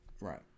Right